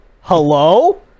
Hello